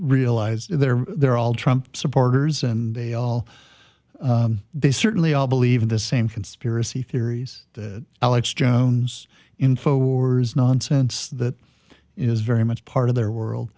realize they're they're all trumped supporters and they all they certainly all believe in the same conspiracy theories that alex jones infowars nonsense that is very much part of their world